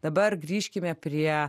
dabar grįžkime prie